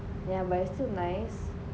yeah but it's still nice